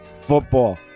football